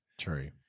True